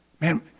Man